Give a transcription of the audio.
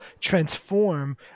transform